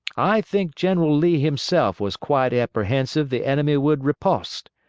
i think general lee himself was quite apprehensive the enemy would riposte,